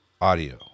audio